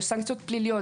יש סנקציות פליליות,